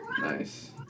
Nice